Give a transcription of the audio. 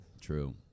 true